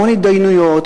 המון התדיינויות,